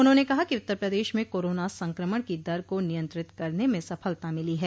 उन्होंने कहा कि उत्तर प्रदेश में कोरोना संक्रमण की दर को नियंत्रित करने में सफलता मिली है